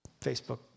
Facebook